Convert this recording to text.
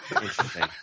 Interesting